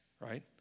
right